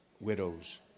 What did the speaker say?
widows